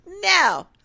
no